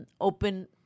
Open